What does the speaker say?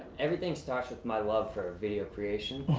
everything starts with my love for video creation.